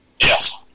Yes